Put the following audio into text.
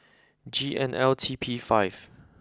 G N L T P five